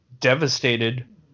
Devastated